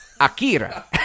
Akira